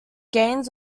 gains